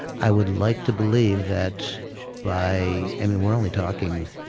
i would like to believe that by. and we're only talking.